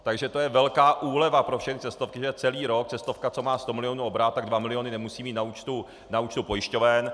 Takže to je velká úleva pro všechny cestovky, že celý rok cestovka, co má sto milionů obrat, tak dva miliony nemusí mít na účtu pojišťoven.